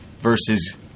versus